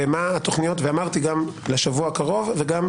ומה התכניות לשבוע הקרוב וגם,